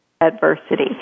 adversity